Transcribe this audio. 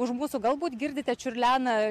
už mūsų galbūt girdite čiurlena